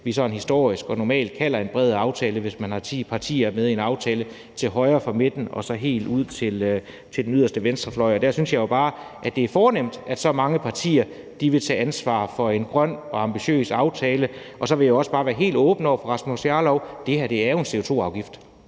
jo sådan historisk og normalt en bred aftale, hvis der er ti partier med i en aftale fra til højre for midten og så helt ud til den yderste venstrefløj. Og der synes jeg jo bare, at det er fornemt, at så mange partier vil tage ansvar for en grøn og ambitiøs aftale. Så vil jeg også bare være helt åben over for hr. Rasmus Jarlov og sige, at det her jo er en CO2-afgift.